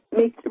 make